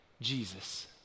Jesus